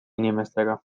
inimestega